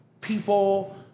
people